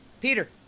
Peter